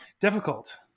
difficult